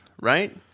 right